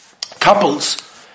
couples